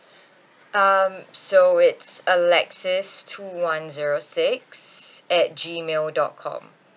um so it's alexis two one zero six at gmail dot com